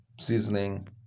seasoning